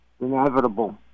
Inevitable